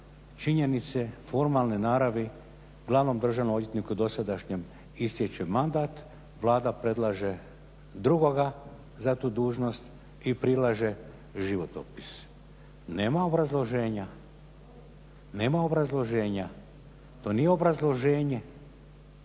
činjenice formalne naravi. Glavnom državnom odvjetniku dosadašnjem istječe mandat, Vlada predlaže drugoga za tu dužnost i prilaže životopis. Nema obrazloženja, to nije obrazloženje.